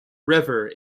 river